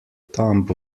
tomb